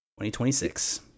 2026